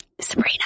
Sabrina